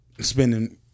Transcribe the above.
spending